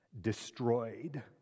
destroyed